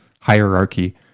hierarchy